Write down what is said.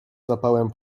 zapałem